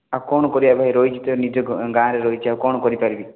ଆଉ କ'ଣ କରିବା ଭାଇ ରହିଛି ତ ନିଜ ଗ ଗାଁରେ ରହିଛି ଆଉ କ'ଣ କରି ପାରିବି